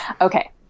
Okay